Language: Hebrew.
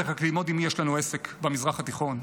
צריך רק ללמוד עם מי יש לנו עסק במזרח התיכון.